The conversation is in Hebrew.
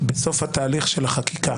בסוף התהליך של החקיקה